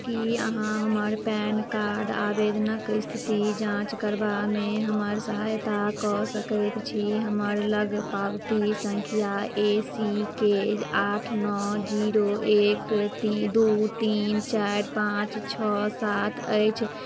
की अहाँ हमर PAN card आवेदनक स्थिति जाँच करबामे हमर सहायता कऽ सकैत छी हमरा लग पावती संख्या ए सी के आठ नओ जीरो एक दू तीन चारि पाँच छओ सात अछि